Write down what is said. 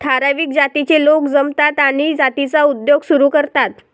ठराविक जातीचे लोक जमतात आणि जातीचा उद्योग सुरू करतात